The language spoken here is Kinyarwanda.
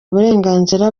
uburenganzira